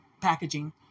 packaging